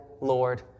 Lord